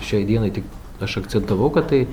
šiai dienai tik aš akcentavau kad tai